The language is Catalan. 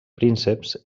prínceps